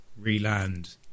re-land